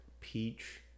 peach